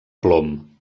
plom